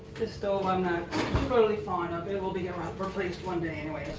this stove, i'm not particularly fond of. it will be replaced one day, anyway,